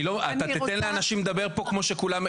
אתה תיתן לאנשים לדבר פה כמו שכולם,